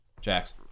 Jax